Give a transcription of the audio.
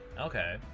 Okay